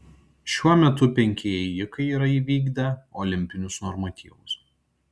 šiuo metu penki ėjikai yra įvykdę olimpinius normatyvus